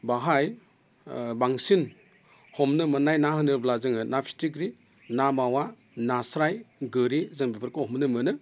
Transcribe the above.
बेवहाय बांसिन हमनो मोननाय ना होनोब्ला जोङो ना फिथिख्रि ना मावा नास्राय गोरि जों बेफोरखौ हमनो मोनो